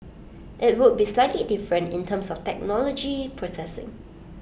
IT would be slightly different in terms of technology processing